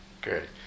Good